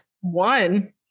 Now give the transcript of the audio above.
one